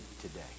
today